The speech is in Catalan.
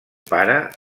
pare